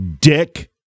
Dick